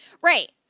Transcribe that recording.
Right